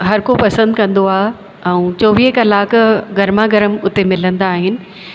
हर को पसंदि कंदो आहे ऐं चोवीह कलाक गरमा गरम उते मिलंदा आहिनि